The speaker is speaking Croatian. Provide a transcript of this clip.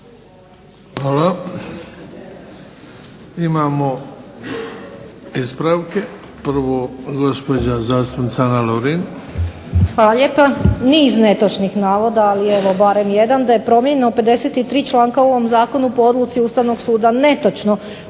Hvala. Imamo ispravke. Prvo gospođa zastupnica Ana Lovrin. **Lovrin, Ana (HDZ)** Hvala lijepa. Niz netočnih navoda, ali evo barem jedan. Da je promijenjeno 53 članka u ovom zakonu po odluci Ustavnog suda, netočno.